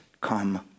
come